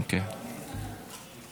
אדוני